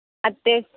അത്യാ